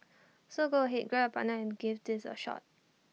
so go ahead grab your partner and give these A shot